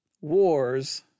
wars